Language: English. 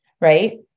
Right